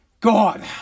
God